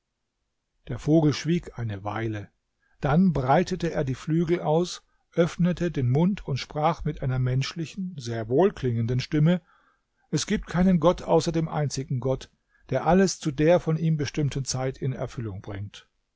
der vogel schwieg eine weile dann breitete er die flügel aus öffnete den mund und sprach mit einer menschlichen sehr wohlklingenden stimme es gibt keinen gott außer dem einzigen gott der alles zu der von ihm bestimmten zeit in erfüllung bringt